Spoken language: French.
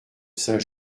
saint